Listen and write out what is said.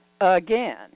again